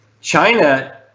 China